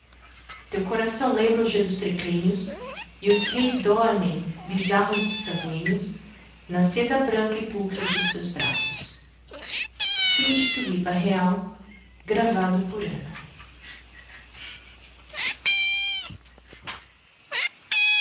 teu coração lembra a orgia dos triclínios e os reis dormem bizarros e sangüíneos na seda branca e pulcra dos teus braços aparição por uma estrada de astros e perfumes a